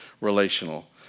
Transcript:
relational